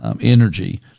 energy